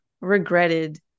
regretted